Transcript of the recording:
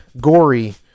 gory